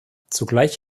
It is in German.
zugleich